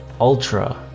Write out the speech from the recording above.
ultra